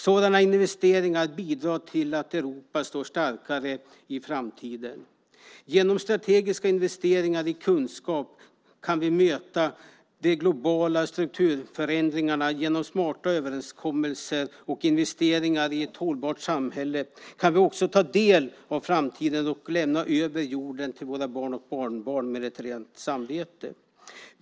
Sådana investeringar bidrar till att Europa står starkare i framtiden. Genom strategiska investeringar i kunskap kan vi möta de globala strukturförändringarna. Genom smarta överenskommelser och investeringar i ett hållbart samhälle kan vi också ta del av framtiden och lämna över jorden till våra barn och barnbarn med ett rent samvete.